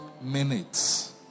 minutes